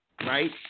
right